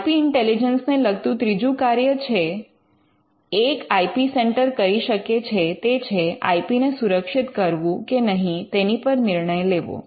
I P intelligence ને લગતુ ત્રીજું કાર્ય જે એક આઇ પી સેન્ટર કરી શકે છે તે છે આઇ પી ને સુરક્ષિત કરવું કે નહીં તેની પર નિર્ણય લેવો